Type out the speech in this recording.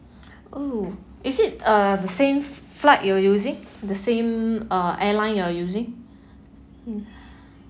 oh is it uh the same flight you're using the same uh airline you are using hmm